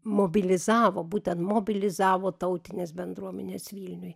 mobilizavo būtent mobilizavo tautines bendruomenes vilniuj